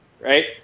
right